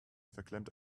verklemmte